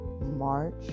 march